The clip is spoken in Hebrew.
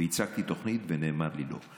והצגתי תוכנית ונאמר לי לא.